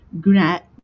grant